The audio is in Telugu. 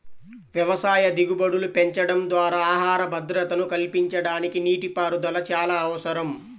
వ్యవసాయ దిగుబడులు పెంచడం ద్వారా ఆహార భద్రతను కల్పించడానికి నీటిపారుదల చాలా అవసరం